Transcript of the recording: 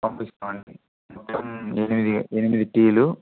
పంపిస్తామండి మొత్తం ఎనిమిది ఎనిమిది టీలు